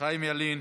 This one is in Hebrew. חיים ילין.